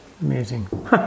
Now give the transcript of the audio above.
Amazing